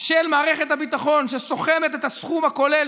של מערכת הביטחון שסוכמת את הסכום הכולל